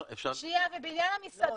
ובעניין המסעדות,